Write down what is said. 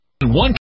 One